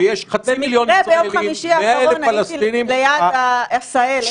במקרה ביום חמישי האחרון הייתי ליד עשהאל,